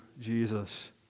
Jesus